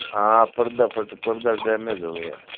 हाँ पर्दा फट पर्दा डैमेज हो गया